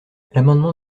l’amendement